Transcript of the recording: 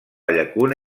llacuna